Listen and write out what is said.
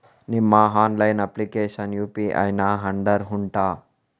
ನಿಮ್ಮ online application UPI ನ under ಉಂಟಾ